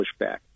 pushback